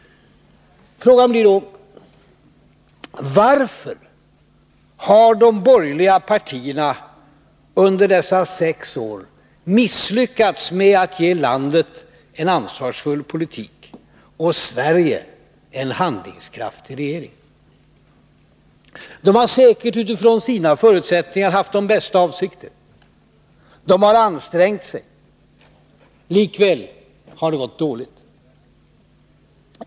Frågan blir då: Varför har de borgerliga partierna under de senaste sex åren misslyckats med att ge landet en ansvarsfull politik och Sverige en handlingskraftig regering? De har säkert utifrån sina förutsättningar haft de bästa avsikter. De har ansträngt sig. Likväl har det gått dåligt.